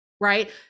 right